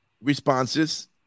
responses